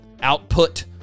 Output